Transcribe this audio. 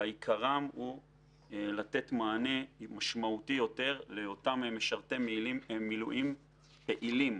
עיקרם הוא לתת מענה משמעותי יותר לאותם משרתי מילואים פעילים,